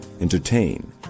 entertain